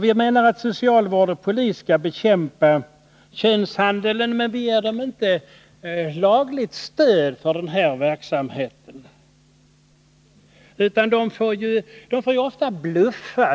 Vi anser att socialvårdare och polis skall bekämpa könshandeln, men vi ger dem inte något lagligt stöd för den delen av deras arbete, utan de måste ofta bluffa.